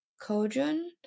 Kojun